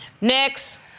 Next